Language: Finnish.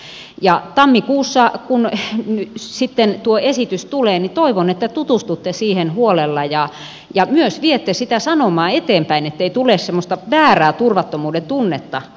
toivon että tammikuussa kun tuo esitys tulee tutustutte siihen huolella ja myös viette sitä sanomaa eteenpäin ettei tule semmoista väärää turvattomuuden tunnetta kansalaisille